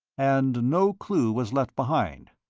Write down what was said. and no clue was left behind?